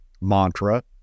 mantra